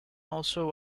also